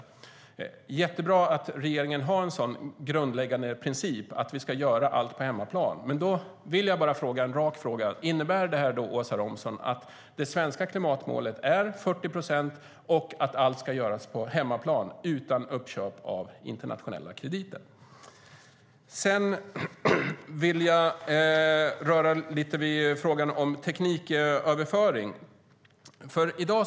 Det är jättebra att regeringen har en grundläggande princip om att vi ska göra allt på hemmaplan. Men då vill jag ställa en rak fråga till Åsa Romson: Innebär det att det svenska klimatmålet är 40 procent och att allt ska göras på hemmaplan utan uppköp av internationella krediter? Sedan vill jag beröra frågan om tekniköverföring.